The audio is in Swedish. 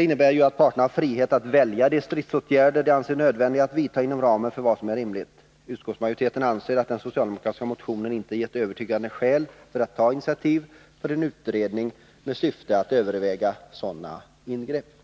innebär att parterna har frihet att välja de stridsåtgärder de anser nödvändiga att vidta inom ramen för vad som är rimligt. Utskottsmajoriteten anser att den socialdemokratiska motionen inte gett övertygande skäl för att man bör ta initiativ till en utredning med syfte att överväga sådana ingrepp.